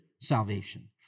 salvation